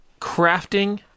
crafting